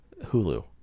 Hulu